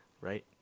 right